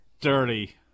Dirty